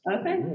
Okay